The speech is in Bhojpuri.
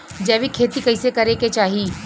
जैविक खेती कइसे करे के चाही?